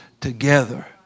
together